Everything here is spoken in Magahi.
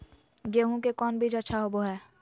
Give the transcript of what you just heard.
गेंहू के कौन बीज अच्छा होबो हाय?